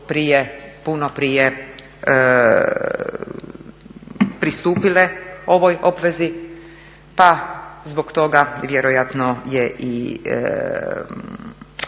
prije, puno prije pristupile ovoj obvezi pa zbog toga vjerojatno je i